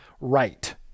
right